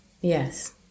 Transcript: yes